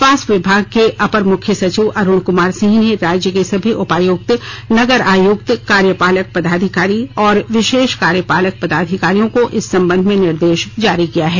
स्वास्थ्य विभाग के अपर मुख्य सचिव अरुण कुमार सिंह ने राज्य के सभी उपायुक्त नगर आयुक्त कार्यपालक पदाधिकार और विशेष कार्यपालक पदाधिकारियों को इस संबंध में निर्देश जारी किया है